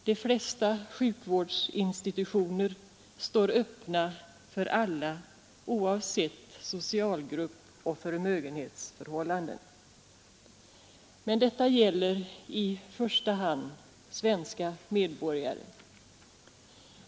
De flesta sjukvårdsinstitutioner står öppna för alla oavsett socialgrupp och förmögenhetsförhållanden. Men detta gäller i första hand svenska medborgare.